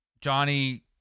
Johnny